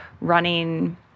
running